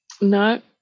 No